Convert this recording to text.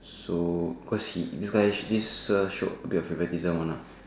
so cause he this guy this sir show a bit of favoritism one lah